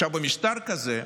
במשטר כזה,